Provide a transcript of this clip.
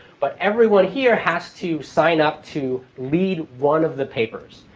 but everyone here has to sign up to lead one of the papers.